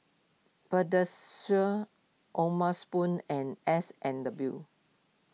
Pediasure O'ma Spoon and S and W